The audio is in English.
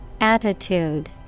Attitude